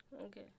Okay